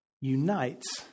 unites